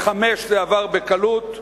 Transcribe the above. בחמש זה עבר בקלות,